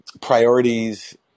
priorities